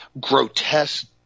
grotesque